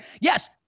Yes